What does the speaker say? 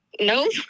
No